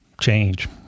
change